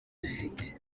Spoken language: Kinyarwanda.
dufite